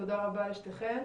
תודה רבה לשתיכן.